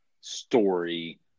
story